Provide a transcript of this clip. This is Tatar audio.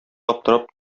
аптырап